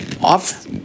off-